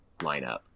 lineup